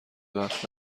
وقت